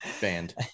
Banned